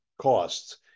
costs